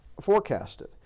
forecasted